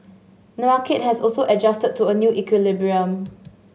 the market has also adjusted to a new equilibrium